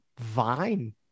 Vine